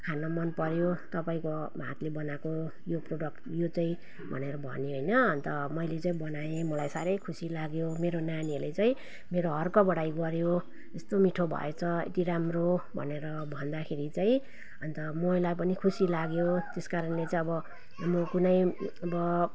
खान मनपर्यो तपाईँको हातले बनाएको यो प्रडक्ट यो चाहिँ भनेर भन्यो होइन अन्त मैले चाहिँ बनाएँ मलाई साह्रै खुसी लाग्यो मेरो नानीहरूले चाहिँ मेरो हर्कबढाइँ गर्यो यस्तो मिठो भएछ यति राम्रो भनेर भन्दाखेरि चाहिँ अन्त मलाई पनि खुसी लाग्यो त्यस कारणले चाहिँ अब म कुनै अब